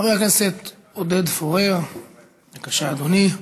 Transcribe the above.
חבר הכנסת עודד פורר, בבקשה, אדוני.